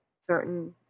certain